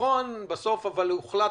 בסוף הוחלט